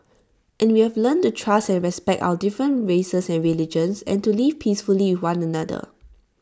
and we have learnt to trust and respect our different races and religions and to live peacefully one another